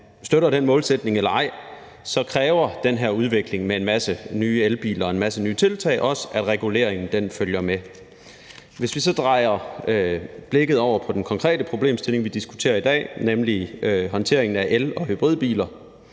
støtter den målsætning eller ej, kræver den her udvikling med en masse nye elbiler og en masse nye tiltag, at reguleringen følger med. Hvis vi vender blikket over på den konkrete problemstilling, vi diskuterer i dag, nemlig håndteringen af el- og hybridbiler,